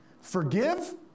Forgive